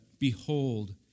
Behold